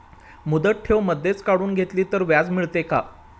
मुदत ठेव मधेच काढून घेतली तर व्याज मिळते का?